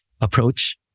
approach